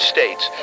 States